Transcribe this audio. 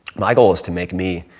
my goal is to make me